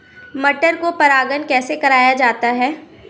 मटर को परागण कैसे कराया जाता है?